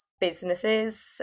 businesses